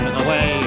away